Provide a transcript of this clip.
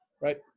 right